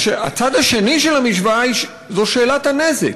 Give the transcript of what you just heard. הצד השני של המשוואה הוא שאלת הנזק.